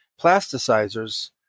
plasticizers